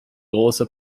große